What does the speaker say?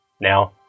Now